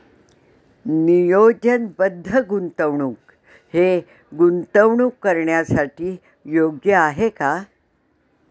नियोजनबद्ध गुंतवणूक हे गुंतवणूक करण्यासाठी योग्य आहे का?